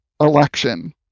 election